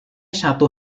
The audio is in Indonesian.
satu